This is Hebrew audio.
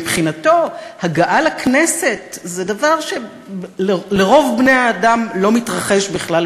הרי הגעה לכנסת זה דבר שלא מתרחש בכלל